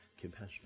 compassion